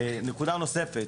נקודה נוספת: